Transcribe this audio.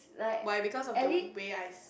why because of the way I